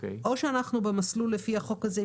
או שאנחנו במסלול לפי החוק הזה,